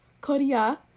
Korea